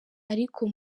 ariko